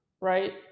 right